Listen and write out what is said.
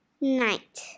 Night